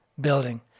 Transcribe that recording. building